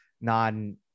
non